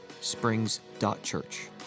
springs.church